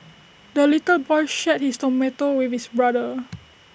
the little boy shared his tomato with his brother